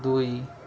ଦୁଇ